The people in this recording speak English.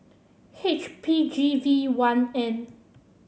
H P G V one N